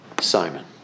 Simon